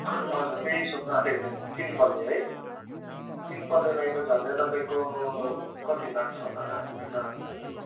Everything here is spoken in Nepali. हजुर हजुर त्यही सोध्न आँटेको थिएँ मैले तिन पल्ले है तिन पल्लेलाई त झन्डै तपाईँको कति लाग्छ होला र अब यता तपाईँको